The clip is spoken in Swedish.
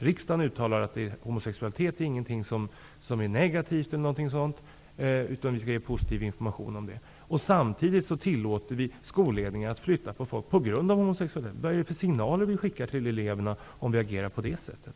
Riksdagen uttalar att homosexualitet inte är något negativt, utan vi skall ge positiv information om den, men samtidigt tillåter vi skolledningar att flytta på folk på grund av homosexualitet. Vad är det för signaler som vi skickar ut till eleverna, om vi agerar på det sättet?